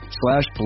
slash